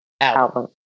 album